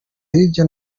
hirya